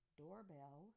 doorbell